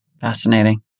Fascinating